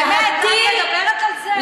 ועוד דבר, את מדברת על זה?